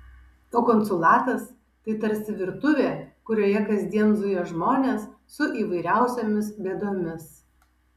o konsulatas tai tarsi virtuvė kurioje kasdien zuja žmonės su įvairiausiomis bėdomis